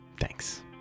Thanks